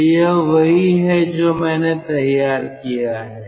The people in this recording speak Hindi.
तो यह वही है जो मैंने तैयार किया है